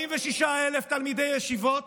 46,000 תלמידי ישיבות